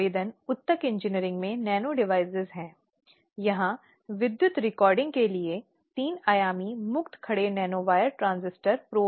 अगली महत्वपूर्ण बात यह है कि इन समितियों का संगठन में गठन किया जा रहा है और जागरूकता कार्यक्रमों का आयोजन किया जा रहा है ताकि यह सुनिश्चित हो सके कि हर किसी के पास आवश्यक ज्ञान हो